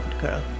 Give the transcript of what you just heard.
girl